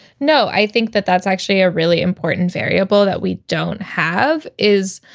no, i think that that's actually a really important variable that we don't have is